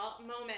moment